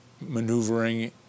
maneuvering